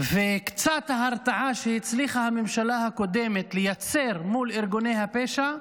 וקצת ההרתעה שהצליחה הממשלה הקודמת לייצר מול ארגוני הפשע,